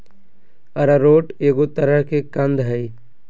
arrowroot एगो तरह के कंद हइ